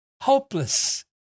hopeless